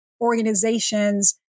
organizations